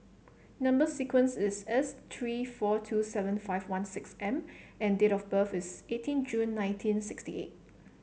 number sequence is S three four two seven five one six M and date of birth is eighteen June nineteen sixty eight